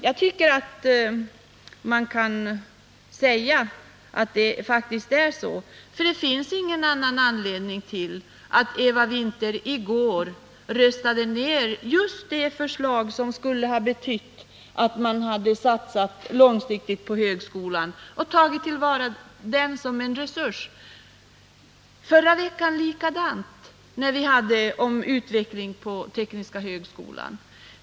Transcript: Jag tycker att man kan säga att det faktiskt är så, för det finns ingen annan anledning till att Eva Winther i går var med om att rösta ner just det förslag som skulle ha betytt att man hade satsat långsiktigt på högskolan och tagit till vara den som en resurs. Förra veckan var det likadant, när vi behandlade utvecklingen för den tekniska högskolan.